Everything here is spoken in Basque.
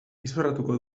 izorratuko